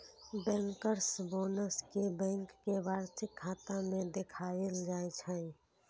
bankers bonus कें bank के वार्षिक खाता मे देखाएल जाइ छै